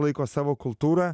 laiko savo kultūrą